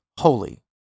holy